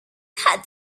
had